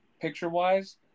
picture-wise